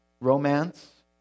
Romance